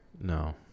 No